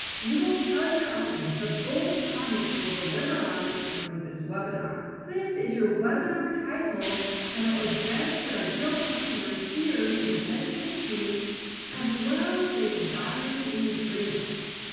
you will tell your audience the bold promise you will deliver on during this webinar. this is your webinar title that'll address your ideal customer's fears and hesitations as well as their desires and dreams.